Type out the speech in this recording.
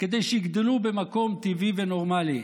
כדי שיגדלו במקום טבעי ונורמלי,